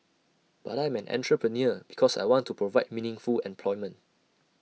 but I'm an entrepreneur because I want to provide meaningful employment